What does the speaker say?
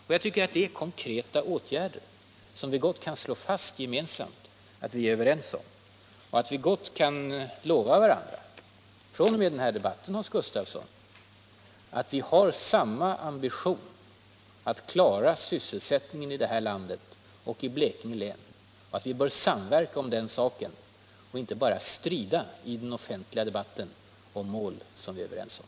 Det är konkreta åtgärder, och jag tycker att vi gott kan slå fast gemensamt att vi är överens om dem. Låt oss lova varandra att fr.o.m. den här debatten, Hans Gustafsson, erkänna att vi har samma ambition att klara sysselsättningen också i Blekinge län och att vi bör samverka om den saken och inte bara strida i den offentliga debatten om mål som vi är överens om.